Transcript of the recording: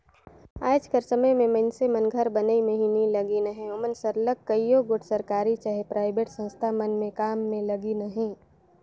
आएज कर समे में मइनसे मन घर बनई में ही नी लगिन अहें ओमन सरलग कइयो गोट सरकारी चहे पराइबेट संस्था मन में काम में लगिन अहें